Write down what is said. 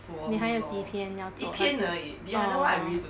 你还有几篇要做还是 orh